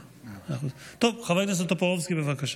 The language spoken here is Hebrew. חבר הכנסת טופורובסקי, בבקשה.